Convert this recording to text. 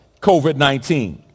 COVID-19